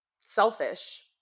selfish